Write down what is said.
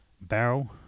barrel